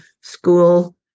school